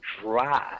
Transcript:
drive